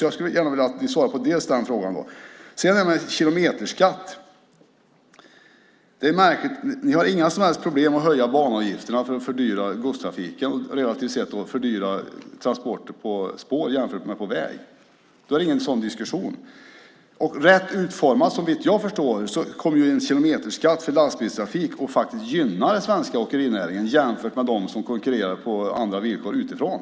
Jag skulle gärna vilja att ni svarade på den frågan. Sedan handlar det om kilometerskatt. Det är märkligt. Ni har inga som helst problem att höja banavgifterna för att fördyra transporter på spår jämfört med på väg. Då är det ingen sådan diskussion. Rätt utformad, såvitt jag förstår, kommer en kilometerskatt för lastbilstrafik att gynna den svenska åkerinäringen jämfört med dem som konkurrerar på andra villkor utifrån.